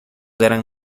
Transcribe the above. eran